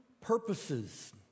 purposes